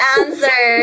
answer